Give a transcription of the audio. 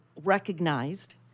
recognized